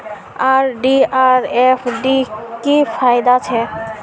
RD आर FD की फ़ायदा छे?